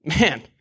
Man